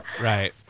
Right